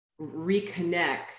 reconnect